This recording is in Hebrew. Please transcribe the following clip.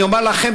אני אומר לכם,